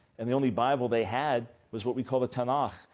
and the only bible they had was what we call the tanakh,